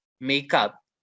makeup